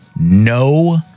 no